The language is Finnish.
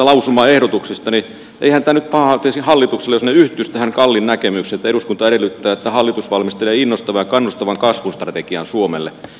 eihän tämä nyt pahaa tekisi hallitukselle jos he yhtyisivät tähän kallin näkemykseen että eduskunta edellyttää että hallitus valmistelee innostavan ja kannustavan kasvun strategian suomelle